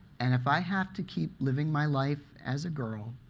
and if i have to keep living my life as a girl,